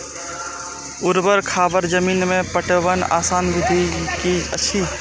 ऊवर खावर जमीन में पटवनक आसान विधि की अछि?